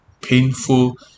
painful